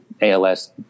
ALS